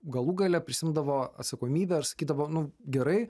galų gale prisiimdavo atsakomybę ir sakydavo nu gerai